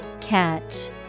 catch